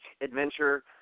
adventure